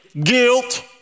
guilt